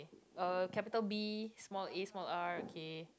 uh capital B small A small R okay